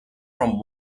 from